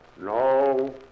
No